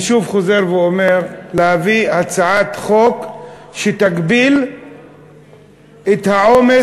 אני שוב חוזר ואומר: להביא הצעת חוק שתגביל את העומס